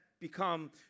become